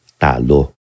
talo